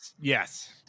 Yes